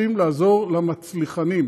רוצים לעזור למצליחנים.